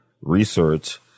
research